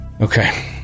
Okay